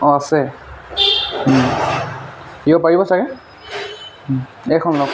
অঁ আছে দিব পাৰিব ছাগৈ এইখন লওক